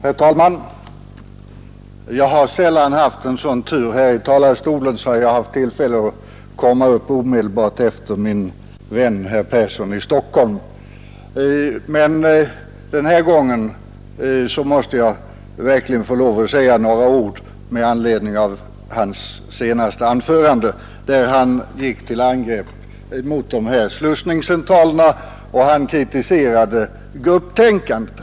Herr talman! Jag har sällan haft en sådan tur att jag haft tillfälle att komma upp i talarstolen omedelbart efter min vän herr Persson i Stockholm. Den här gången måste jag verkligen få lov att säga några ord med anledning av hans senaste anförande, där han gick till angrepp mot slussningscentralerna och kritiserade grupptänkandet.